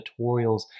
tutorials